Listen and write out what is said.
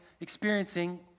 experiencing